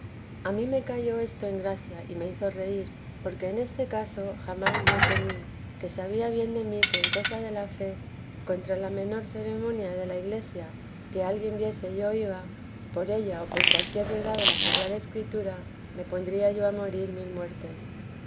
a mí me cayó esto en gracia y me hizo reír porque en este caso jamás yo temí que sabía bien de mí que en cosa de la fe contra la menor ceremonia de la iglesia que alguien viese yo iba por ella o por cualquier verdad de la sagrada escritura me pornía yo a morir mil muertes